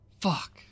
Fuck